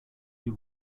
die